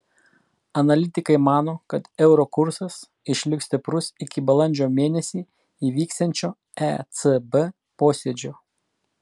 analitikai mano kad euro kursas išliks stiprus iki balandžio mėnesį įvyksiančio ecb posėdžio